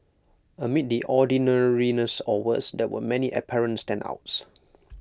amid the ordinariness or worse there were many apparent standouts